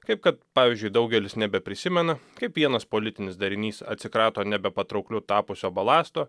kaip kad pavyzdžiui daugelis nebeprisimena kaip vienas politinis darinys atsikrato nebepatraukliu tapusio balasto